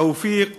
תופיק טובי,